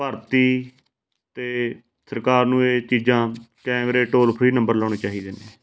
ਭਰਤੀ ਅਤੇ ਸਰਕਾਰ ਨੂੰ ਇਹ ਚੀਜ਼ਾਂ ਕੈਮਰੇ ਟੋਲ ਫਰੀ ਨੰਬਰ ਲਾਉਣੇ ਚਾਹੀਦੇ ਨੇ